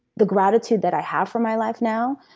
the gratitude that i have for my life now,